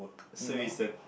so is a